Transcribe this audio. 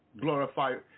glorified